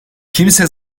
kimse